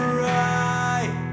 right